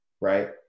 right